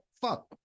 fuck